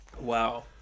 Wow